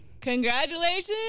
Congratulations